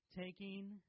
Taking